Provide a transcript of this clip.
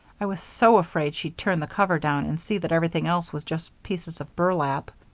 i was so afraid she'd turn the cover down and see that everything else was just pieces of burlap.